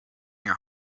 your